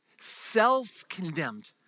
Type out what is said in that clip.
Self-condemned